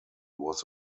was